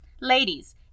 Ladies